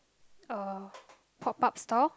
a pop up store